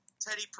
Teddy